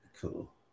Cool